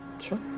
Sure